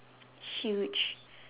huge